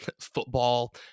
football